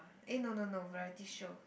eh no no no variety show